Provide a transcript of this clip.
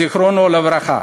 זיכרונו לברכה,